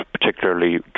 particularly